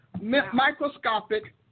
microscopic